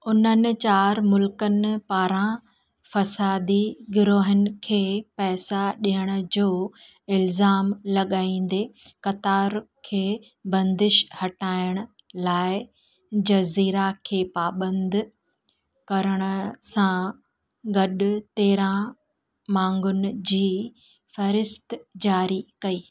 उन्हनि चारि मुल्क़नि पारां फ़सादी गिरोहनि खे पैसा ॾियण जो इलज़ाम लॻाईंदे कतार खे बंदिश हटाइण लाइ जज़ीरा खे पाबंदि करण सां गॾु तेरहं मांगुनि जी फ़हिरिस्त जारी कई